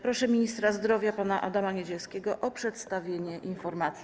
Proszę ministra zdrowia pana Adama Niedzielskiego o przedstawienie informacji.